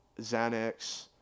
xanax